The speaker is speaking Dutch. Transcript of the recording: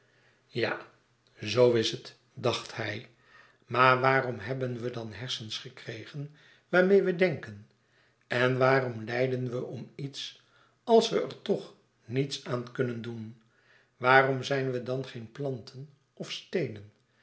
ja zoo is het dacht hij maar waarom hebben we dan hersens gekregen waarmeê we denken en waarom lijden we om iets als we er toch niets aan kunnen doen waarom zijn we dan geen planten of steenen